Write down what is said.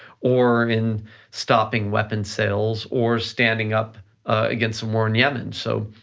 or in stopping weapons sales or standing up against the war in yemen. so,